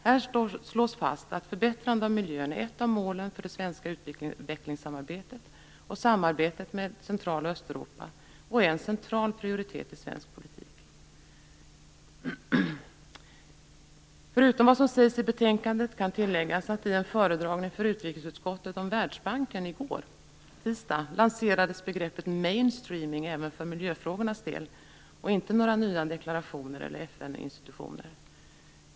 Här slås det fast att ett förbättrande av miljön är ett av målen för det svenska utvecklingssamarbetet och samarbetet med Central och Östeuropa och att det är en central prioritet i svensk politik. Förutom vad som sägs i betänkandet kan tilläggas att begreppet mainstreaming lanserades även för miljöfrågornas del i en föredragning för utrikesutskottet om Världsbanken i går, tisdag; det var inte några nya deklarationer eller FN-institutioner.